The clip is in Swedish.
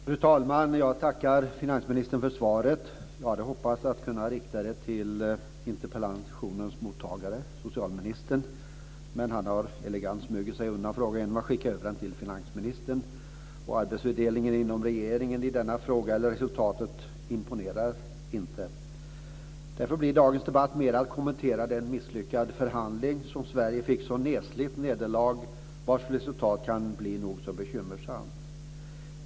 Fru talman! Jag tackar finansministern för svaret. Jag hade hoppats kunna rikta tacket till interpellationens mottagare - socialministern - men han har elegant smugit sig undan frågan genom att skicka över den till finansministern. Varken arbetsfördelningen inom regeringen i denna fråga eller resultatet imponerar. Därför blir dagens debatt mer en kommentar till den misslyckade förhandling där Sverige fick ett så neslig nederlag, och vars resultat kan bli nog så bekymmersamt.